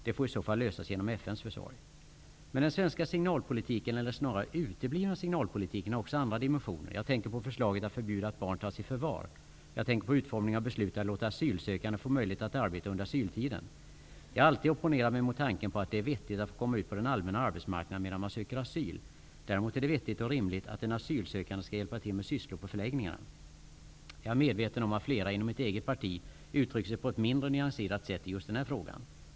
Det får i så fall lösas genom FN:s försorg. Den svenska signalpolitiken eller snarare uteblivna signalpolitiken har också andra dimensioner. Jag tänker på förslaget att förbjuda att barn tas i förvar och utformningen av beslutet att låta asylsökande få möjlighet att arbeta under asyltiden. Jag har alltid opponerat mig mot tanken på att det skulle vara vettigt att man skall få komma ut på den allmänna arbetsmarknaden medan man söker asyl. Däremot är det vettigt och rimligt att den asylsökande skall hjälpa till med sysslor på förläggningarna. Jag är medveten om att flera inom mitt eget parti har uttryckt sig på ett mindre nyanserat sätt i just den här frågan.